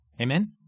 Amen